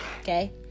okay